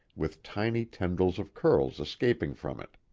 with tiny tendrils of curls escaping from it.